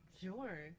sure